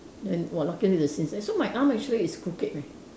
then !wah! luckily the sin seh so my arm actually is crooked leh